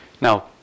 Now